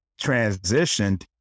transitioned